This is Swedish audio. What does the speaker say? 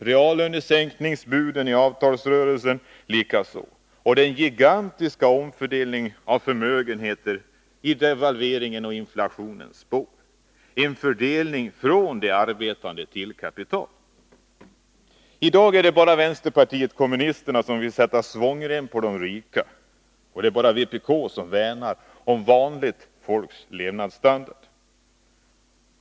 Reallönesänkningsbuden i avtalsrörelsen gör det också liksom den gigantiska omfördelningen av förmögenheter i devalveringens och inflationens spår, en fördelning från de arbetande till kapitalet. I dag är det bara vänsterpartiet kommunisterna som vill sätta svångrem på de rika. Det är bara vpk som värnar om vanligt folks levnadsstandard.